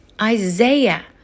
Isaiah